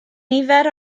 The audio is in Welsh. nifer